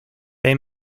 they